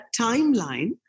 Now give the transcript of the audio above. timeline